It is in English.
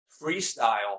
freestyle